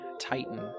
Titan